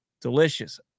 delicious